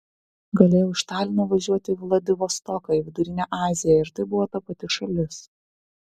galėjau iš talino važiuoti į vladivostoką į vidurinę aziją ir tai buvo ta pati šalis